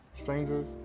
strangers